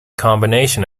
combination